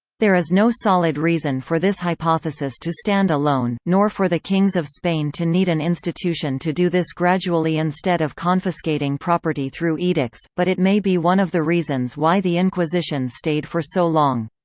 there is no solid reason for this hypothesis to stand alone, nor for the kings of spain to need an institution to do this gradually instead of confiscating property through edicts, but it may be one of the reasons why the inquisition stayed for so long.